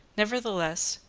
nevertheless,